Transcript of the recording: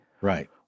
right